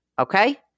Okay